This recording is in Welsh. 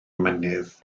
mynydd